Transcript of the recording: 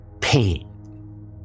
pain